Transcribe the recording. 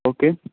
okay